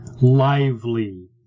lively